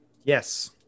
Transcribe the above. yes